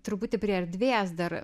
truputį prie erdvės dar